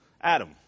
Adam